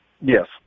yes